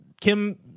kim